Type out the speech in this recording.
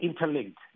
interlinked